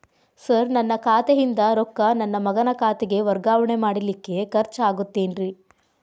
Sir ನನ್ನ ಖಾತೆಯಿಂದ ರೊಕ್ಕ ನನ್ನ ಮಗನ ಖಾತೆಗೆ ವರ್ಗಾವಣೆ ಮಾಡಲಿಕ್ಕೆ ಖರ್ಚ್ ಆಗುತ್ತೇನ್ರಿ?